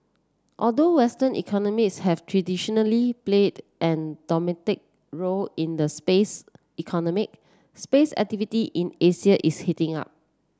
although western economies have traditionally played a dominant role in the space economy space activity in Asia is heating up